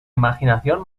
imaginación